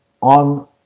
on